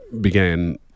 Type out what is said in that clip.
began